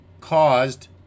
caused